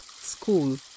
school